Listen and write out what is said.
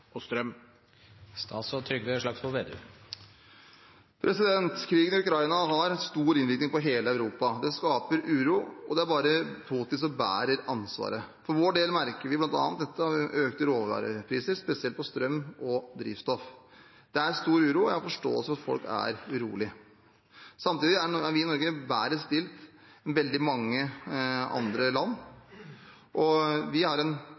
og strøm?» Krigen i Ukraina har stor innvirkning på hele Europa. Den skaper uro, og det er bare Putin som bærer ansvaret. For vår del merker vi bl.a. dette av økte råvarepriser, spesielt på strøm og drivstoff. Det er stor uro, og jeg har forståelse for at folk er urolige. Samtidig er vi i Norge bedre stilt enn i veldig mange andre land. Vi er ganske trygge for vår beredskap og at vi